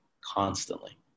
constantly